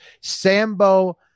Sambo